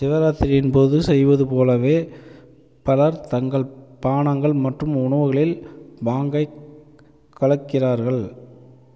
சிவராத்திரியின்போது செய்வது போலவே பலர் தங்கள் பானங்கள் மற்றும் உணவுகளில் பாங்கைக் கலக்கிறார்கள்